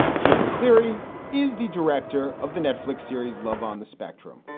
you know, cleary is the director of the netflix series love on the spectrum.